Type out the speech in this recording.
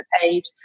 page